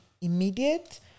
immediate